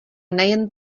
nejen